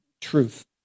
truth